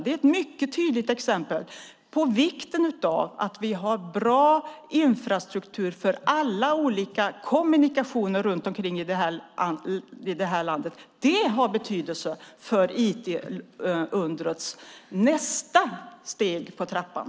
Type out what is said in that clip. Det är ett mycket tydligt exempel på vikten av att ha en bra infrastruktur för alla olika kommunikationer runt om i landet. Detta har betydelse för IT-undrets nästa steg på trappan.